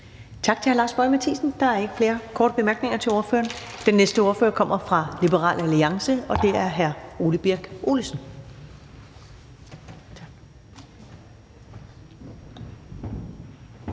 Tak til hr. Lars Boje Mathiesen. Der er ikke flere korte bemærkninger til ordføreren. Den næste ordfører kommer fra Liberal Alliance, og det er hr. Ole Birk Olesen.